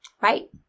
Right